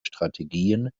strategien